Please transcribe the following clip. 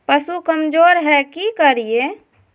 पशु कमज़ोर है कि करिये?